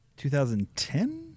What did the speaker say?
2010